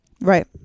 Right